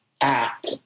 act